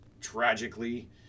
tragically